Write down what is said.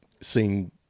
seeing